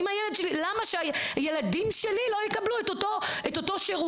למה שהילדים שלי לא יקבלו את אותו שירות,